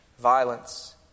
violence